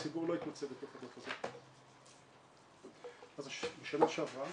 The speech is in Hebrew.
הציבור לא יתמצא בתוך הדוח הזה, אז בשנה שעברה,